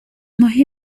ماهی